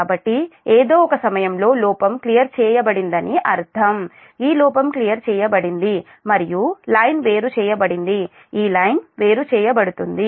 కాబట్టి ఏదో ఒక సమయంలో లోపం క్లియర్ చేయబడిందని అర్థం ఈ లోపం క్లియర్ చేయబడింది మరియు లైన్ వేరు చేయబడింది ఈ లైన్ వేరు చేయబడుతుంది